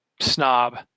snob